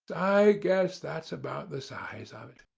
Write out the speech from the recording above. i guess that's about the size of it.